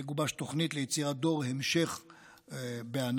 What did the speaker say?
תגובש תוכנית ליצירת דור המשך בענף.